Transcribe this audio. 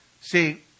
See